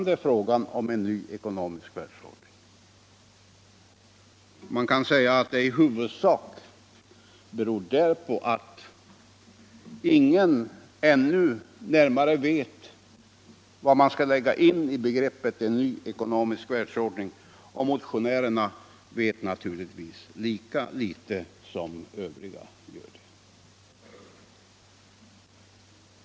Det beror i huvudsak på att ingen ännu vet närmare vad man skall lägga in i begreppet en ekonomisk världsordning, och motionärerna vet naturligtvis lika litet som Övriga.